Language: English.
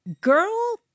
Girl